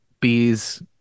bees